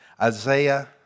Isaiah